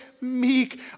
meek